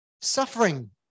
suffering